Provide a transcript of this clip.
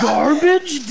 Garbage